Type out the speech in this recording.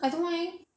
I don't mind